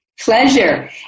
Pleasure